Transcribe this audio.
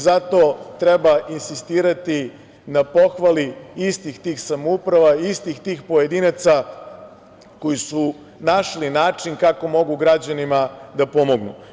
Zato treba insistirati na pohvali istih tih samouprava i istih tih pojedinaca koji su našli način kako mogu građanima da pomognu.